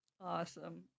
Awesome